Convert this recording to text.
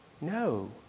No